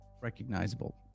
recognizable